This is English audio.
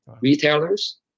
retailers